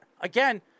again